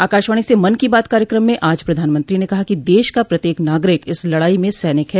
आकाशवाणी से मन की बात कार्यक्रम में आज प्रधानमंत्री ने कहा कि देश का प्रत्येक नागरिक इस लड़ाई में सैनिक है